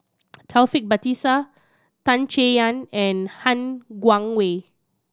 Taufik Batisah Tan Chay Yan and Han Guangwei